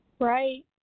Right